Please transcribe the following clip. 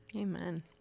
Amen